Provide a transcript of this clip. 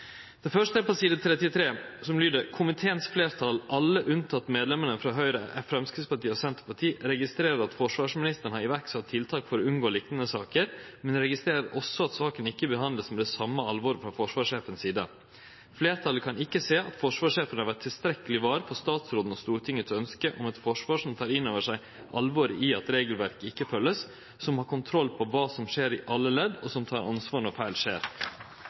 Det første står på side 33, og det lyder: «Komiteens flertall, alle unntatt medlemmene fra Høyre, Fremskrittspartiet og Senterpartiet, registrerer at forsvarsministeren har iverksatt tiltak for å unngå liknende saker, men registrerer også at saken ikke behandles med det samme alvoret fra forsvarssjefens side. Flertallet kan ikke se at forsvarssjefen har vært tilstrekkelig vár for statsrådens og Stortingets ønske om et forsvar som tar innover seg alvoret i at regelverk ikke følges, som har kontroll på hva som skjer i alle ledd og som tar ansvar når feil skjer.»